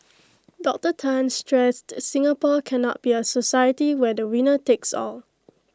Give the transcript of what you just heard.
Doctor Tan stressed Singapore cannot be A society where the winner takes all